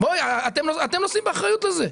אתם נושאים באחריות בזה.